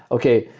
okay,